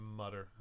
mutter